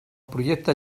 projecte